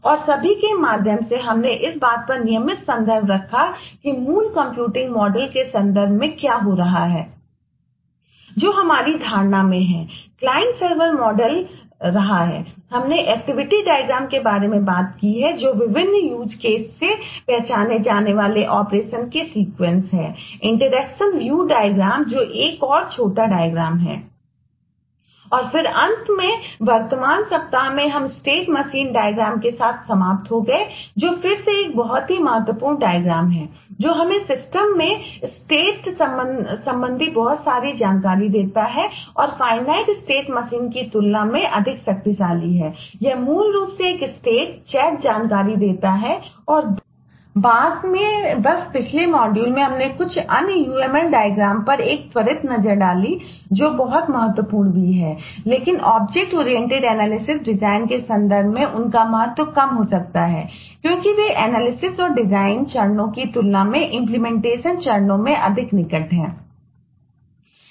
और फिर अंत में वर्तमान सप्ताह में हम स्टेट मशीन डायग्राम चरणों के अधिक निकट हैं